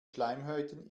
schleimhäuten